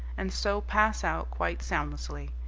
and so pass out, quite soundlessly.